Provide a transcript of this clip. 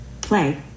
Play